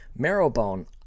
Marrowbone